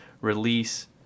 release